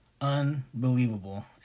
unbelievable